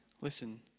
listen